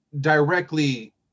directly –